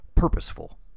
Purposeful